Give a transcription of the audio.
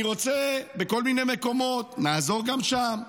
אני רוצה בכל מיני מקומות, נעזור גם שם.